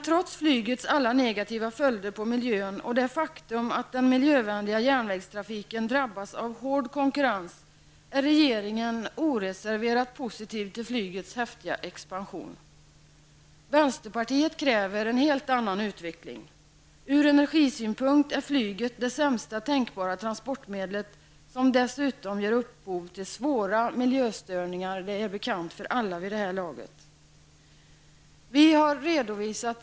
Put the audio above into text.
Trots flygets alla negativa effekter på miljön och det faktum att den miljövänliga järnvägstrafiken drabbas av hård konkurrens, är regeringen oreserverat positiv till flygets häftiga expansion. Vänsterpartiet kräver en helt annan utveckling. Ur energisynpunkt är flyget det sämsta tänkbara transportmedlet. Att det dessutom ger upphov till svåra miljöstörningar är vid det här laget bekant för alla.